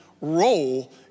role